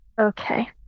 Okay